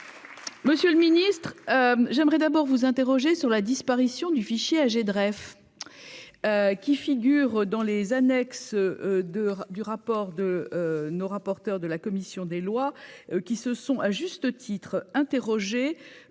Monsieur le Ministre, j'aimerais d'abord vous interroger sur la disparition du fichier âgé de rêve qui figure. Dans les annexes de du rapport de nos rapporteur de la commission des lois, qui se sont, à juste titre, interrogé